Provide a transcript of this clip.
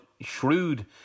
shrewd